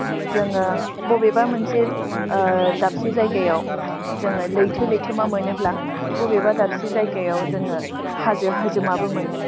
जोङो बबेबा मोनसे दाबसे जायगायाव जोङो लैथो लैथोमा मोनोब्ला बबेबा दाबसे जायगायाव जोङो हाजो हाजोमाबो मोनो